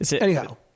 Anyhow